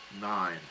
Nine